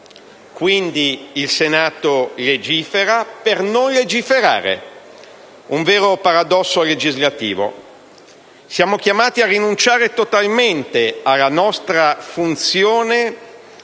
Quindi il Senato legifera per non legiferare: un vero paradosso legislativo. Siamo chiamati a rinunciare totalmente alla nostra funzione